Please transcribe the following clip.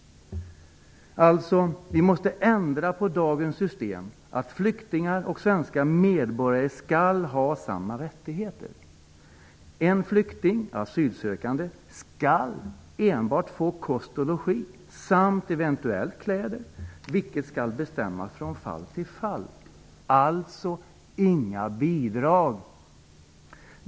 Vi måste ändra på dagens system, där flyktingar och svenska medborgare skall ha samma rättigheter. En flykting, asylsökande, skall enbart få kost och logi samt eventuellt kläder, vilket skall bestämmas från fall till fall. Det skall alltså inte finnas några bidrag.